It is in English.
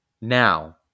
now